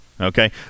Okay